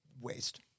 Waste